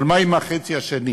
אבל מה עם החצי השני?